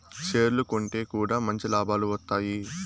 షేర్లు కొంటె కూడా మంచి లాభాలు వత్తాయి